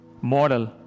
model